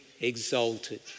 exalted